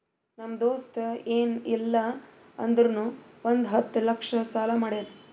ನಮ್ ದೋಸ್ತ ಎನ್ ಇಲ್ಲ ಅಂದುರ್ನು ಒಂದ್ ಹತ್ತ ಲಕ್ಷ ಸಾಲಾ ಮಾಡ್ಯಾನ್